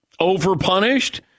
overpunished